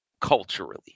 culturally